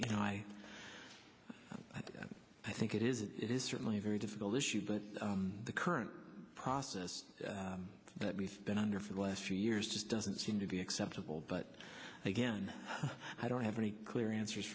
you know i i think it is it is certainly a very difficult issue but the current process that we've been under for the last few years doesn't seem to be acceptable but again i don't have any clear answers